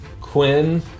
quinn